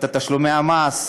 את תשלומי המס,